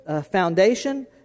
foundation